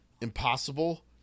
impossible